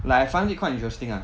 like I find it quite interesting lah